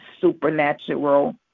supernatural